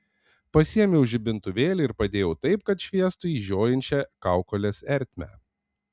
pasiėmiau žibintuvėlį ir padėjau taip kad šviestų į žiojinčią kaukolės ertmę